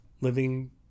living